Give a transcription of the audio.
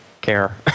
care